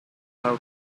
thou